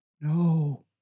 No